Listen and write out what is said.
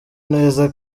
neza